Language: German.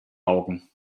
augen